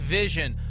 vision